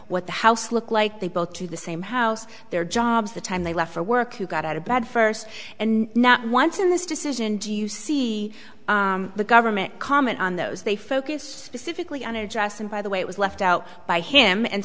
what the house looked like they both to the same house their jobs the time they left for work who got out of bed first and not once in this decision do you see the government comment on those they focused specifically on it just and by the way it was left out by him and